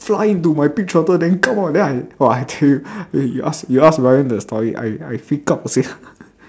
fly into my pig trotter then come out then I !wah! I tell you wait you ask you ask Bryan the story I I freak out sia